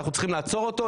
אנחנו צריכים לעצור אותו,